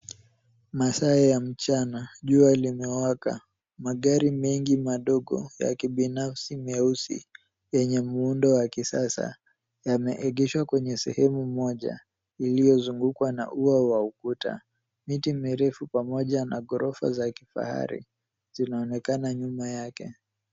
Masaa ya mchana. Jua limewaka. Magari mengi madogo ya kibinafsi meusi yenye muundo wa kisasa yameegeshwa kwenye sehemu moja iliyozungukwa na ua wa ukuta. Miti mirefu pamoja na ghorofa za kifahari zinaonekana nyuma yake.